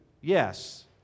Yes